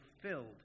fulfilled